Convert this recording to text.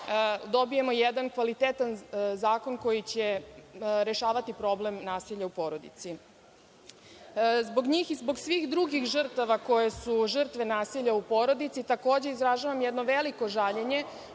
dobijemo jedan kvalitetan zakon koji će rešavati problem nasilja u porodici. Zbog njih i zbog svih drugih žrtava koje su žrtve nasilja u porodici takođe izražavam jedno veliko žaljenje